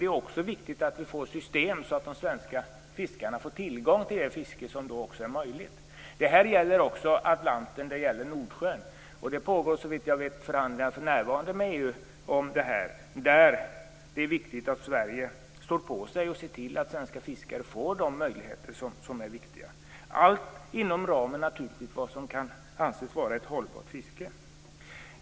Det är också viktigt att vi får system så att de svenska fiskarna får tillgång till det fiske som är möjligt. Detta gäller också Atlanten och Nordsjön. Det pågår såvitt jag vet för närvarande förhandlingar med EU om det där det är viktigt att Sverige står på sig och ser till att svenska fiskare får de möjligheter som är viktiga, allt inom ramen för vad som kan anses vara ett hållbart fiske.